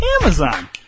Amazon